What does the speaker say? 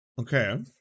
okay